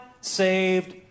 saved